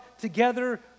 together